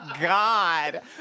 god